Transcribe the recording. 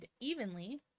evenly